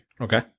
Okay